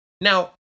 Now